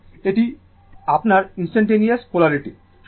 এবং এটি আপনার ইনস্টানটানেওয়াস পোলারিটি